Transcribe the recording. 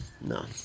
No